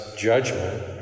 judgment